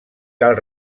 cal